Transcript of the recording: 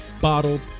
bottled